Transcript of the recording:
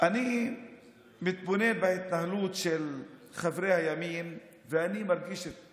אני מתבונן בהתנהלות של חברי הימין ואני מרגיש את